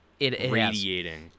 radiating